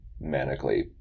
manically